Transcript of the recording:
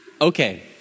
Okay